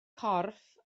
corff